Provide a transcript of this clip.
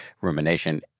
rumination